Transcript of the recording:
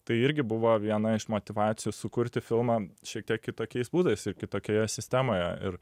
tai irgi buvo viena iš motyvacijų sukurti filmą šiek tiek kitokiais būdais ir kitokioje sistemoje ir